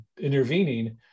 intervening